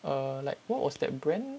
err like what was that brand